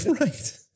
right